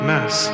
Mass